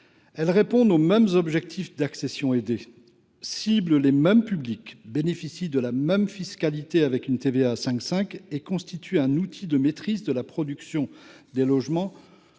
visent les mêmes objectifs d’accession aidée, ciblent le même public, bénéficient de la même fiscalité – une TVA à 5,5 %– et constituent un outil de maîtrise de la production de logements